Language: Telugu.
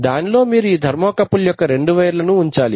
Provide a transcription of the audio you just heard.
దానిలో మీరు ఈ ధర్మో కపుల్ యొక్క 2 వైర్లను ఉంచాలి